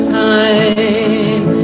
time